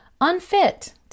unfit